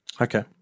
Okay